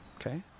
Okay